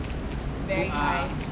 very high